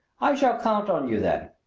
i shall count on you then.